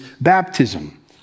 baptism